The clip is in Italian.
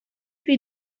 più